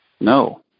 no